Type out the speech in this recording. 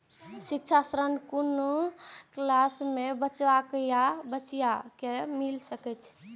शिक्षा ऋण कुन क्लास कै बचवा या बचिया कै मिल सके यै?